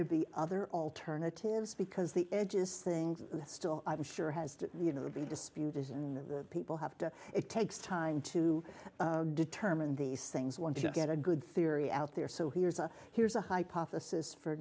there be other alternatives because the edges things still i'm sure has to be disputed people have to it takes time to determine these things once you get a good theory out there so here's a here's a hypothesis for